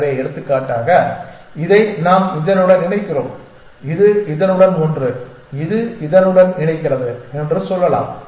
எனவே எடுத்துக்காட்டாக இதை நாம் இதனுடன் இணைக்கிறோம் இது இதனுடன் ஒன்று இது இதனுடன் இணைக்கிறது என்று சொல்லலாம்